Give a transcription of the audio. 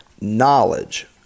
Knowledge